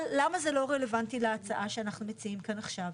אבל למה זה רלבנטי להצעה שאנחנו מציעים כאן עכשיו?